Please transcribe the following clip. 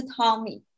Tommy